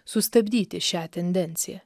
sustabdyti šią tendenciją